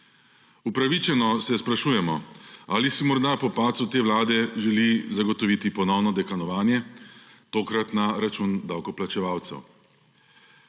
Upravičeno se sprašujemo, ali si morda po padcu te vlade želi zagotoviti ponovno dekanovanje, tokrat na račun davkoplačevalcev.